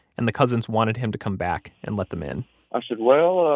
and the cousins wanted him to come back and let them in i said well,